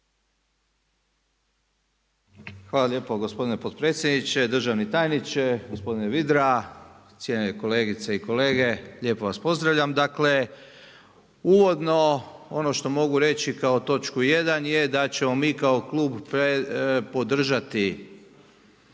Hvala lijepo gospodine potpredsjedniče, državni tajniče, gospodine…/Govornik se ne razumije./…cijenjene kolegice i kolege, lijepo vas pozdravljam. Dakle, uvodno ono što mogu reći kao točku jedan je da ćemo mi klub podržati